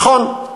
נכון,